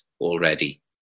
already